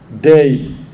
day